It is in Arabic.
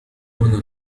هنا